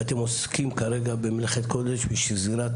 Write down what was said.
ואתם עוסקים כרגע במלאכת קודש של סגירת